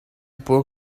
pawl